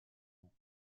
ans